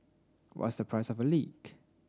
what's the price of a leak